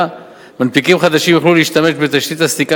מנפיקים חדשים יוכלו להשתמש בתשתית הסליקה